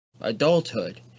adulthood